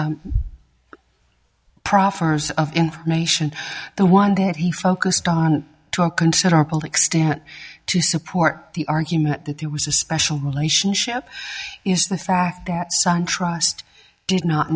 proffers of information the one that he focused on took considerable extent to support the argument that there was a special relationship is the fact that sun trust did not